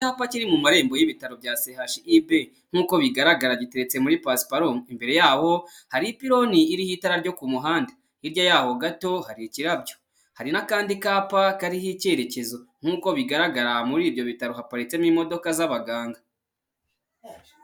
Icyapa kiri mu marembo y'ibitaro CHUB nk'uko bigaragara giteretse muri pasiparumu, imbere yaho hari ipironi iriho itara ryo ku muhanda, hirya y'aho gato hari ikirabyo, hari n'akandi kapa kariho icyerekezo nk'uko bigaragara muri ibyo bitaro haparitsemo imodoka z'abaganga.